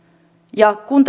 ja kun